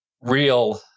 real